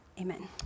Amen